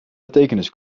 bekentenis